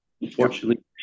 Unfortunately